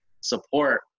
support